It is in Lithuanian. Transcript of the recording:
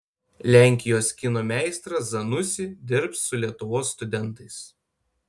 lenkijos kino meistras zanussi dirbs su lietuvos studentais